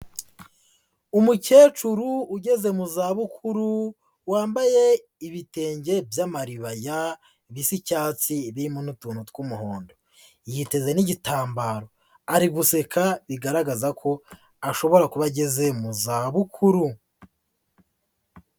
Umukecuru ugeze mu zabukuru wambaye ibitenge by'amaribaya bisa icyatsi birimo n'utuntu tw'umuhondo. Yiteze n'igitambaro ari guseka bigaragaza ko ashobora kuba ageze mu zabukuru.